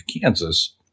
Kansas